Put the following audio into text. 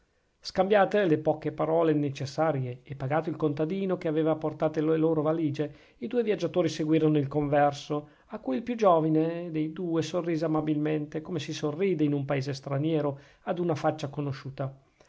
scambiate le poche parole necessarie e pagato il contadino che aveva portate le loro valigie i due viaggiatori seguirono il converso a cui il più giovine dei due sorrise amabilmente come si sorride in paese straniero ad una faccia conosciuta